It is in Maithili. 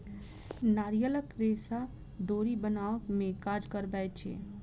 नारियलक रेशा डोरी बनाबअ में काज अबै छै